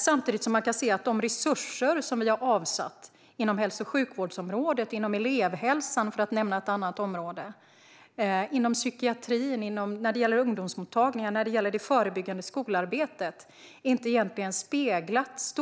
Samtidigt kan man se att de resurser som vi har avsatt inom hälso och sjukvårdsområdet, inom elevhälsan, för att nämna ett annat område, och inom psykiatrin när det gäller ungdomsmottagningarna och det förebyggande skolarbetet inte har speglat